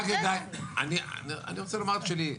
אני רוצה לומר את שלי.